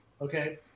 Okay